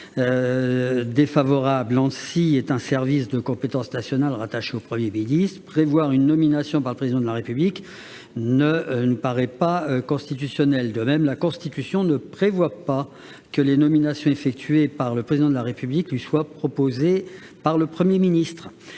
commission ? L'Anssi est un service à compétence nationale, rattaché au Premier ministre. Prévoir une nomination par le Président de la République ne me paraît pas constitutionnel. De même, la Constitution ne prévoit pas que les nominations effectuées par le Président de la République lui soient proposées par le Premier ministre.